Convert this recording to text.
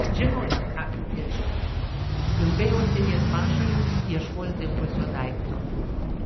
žinojo atkaklų keršio būdą ilgai uostinės pašalius ieškos dingusio daikto